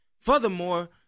Furthermore